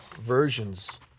versions